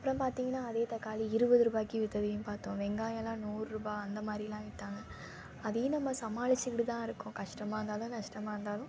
அப்பறம் பார்த்திங்கனா அதே தக்காளி இருபது ரூவாக்கி வித்ததையும் பார்த்தோம் வெங்காயம்லாம் நூறுரூபா அந்தமாதிரிலாம் விற்றாங்க அதையும் நம்ம சமாளிச்சுக்கிட்டுதான் இருக்கோம் கஷ்டமாக இருந்தாலும் நஷ்டமாக இருந்தாலும்